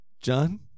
John